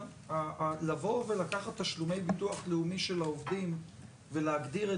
לבוא ולקחת תשלומי ביטוח לאומי של העובדים ולהגדיר את